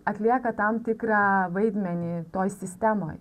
atlieka tam tikrą vaidmenį toj sistemoj